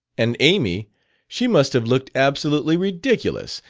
and amy she must have looked absolutely ridiculous!